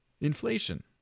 inflation